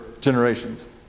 generations